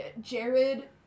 Jared-